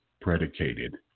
predicated